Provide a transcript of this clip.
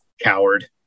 Coward